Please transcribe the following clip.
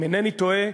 אם אינני טועה,